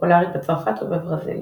פופולרית בצרפת ובברזיל.